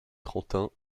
trentin